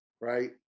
right